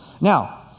Now